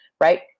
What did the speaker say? right